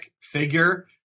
figure